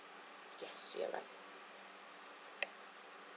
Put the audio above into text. yes you are right